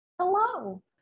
Hello